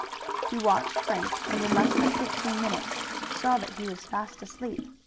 he watched frank and in less than fifteen minutes saw that he was fast asleep.